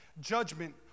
judgment